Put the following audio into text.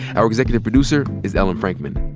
our executive producer is ellen frankman.